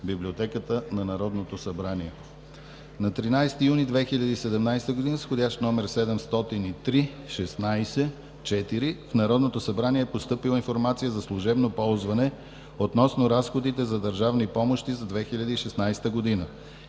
Библиотеката на Народното събрание. На 13 юни 2017 г. с вх. № 703-16-4 в Народното събрание е постъпила информация за служебно ползване относно разходите за държавни помощи за 2016 г.